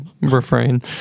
refrain